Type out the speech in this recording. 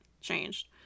changed